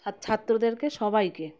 ছাত্রদেরকে সবাইকে